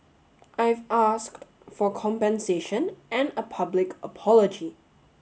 I've asked for compensation and a public apology